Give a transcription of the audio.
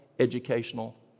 educational